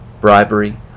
bribery